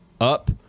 up